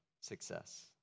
success